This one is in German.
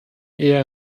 eher